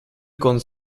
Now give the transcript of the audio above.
con